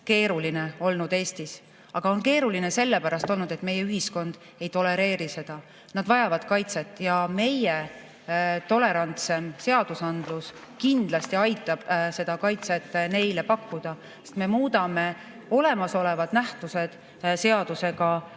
keeruline olnud. Aga neil on keeruline olnud sellepärast, et meie ühiskond ei tolereeri seda. Nad vajavad kaitset. Ja meie tolerantsem seadusandlus kindlasti aitab seda kaitset neile pakkuda, sest me muudame olemasolevad nähtused seadusega